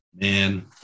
man